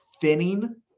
thinning